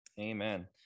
amen